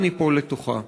אל ניפול לתוכה.